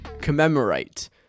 commemorate